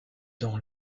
dans